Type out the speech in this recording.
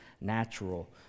natural